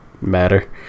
matter